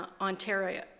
Ontario